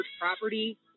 property